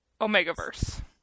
Omegaverse